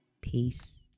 Peace